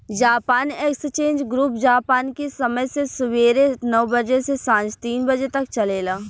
Japan exchange group Japan के समय से सुबेरे नौ बजे से सांझ तीन बजे तक चलेला